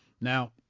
Now